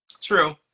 True